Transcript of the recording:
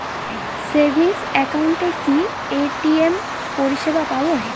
Savings একাউন্টে কি ATM পরিসেবা পাব?